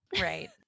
Right